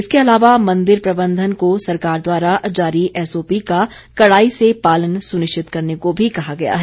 इसके अलावा मंदिर प्रबंधन को सरकार द्वारा जारी एसओपी का कड़ाई से पालन सुनिश्चित करने को भी कहा गया है